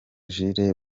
jules